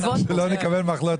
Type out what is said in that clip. נתעכב.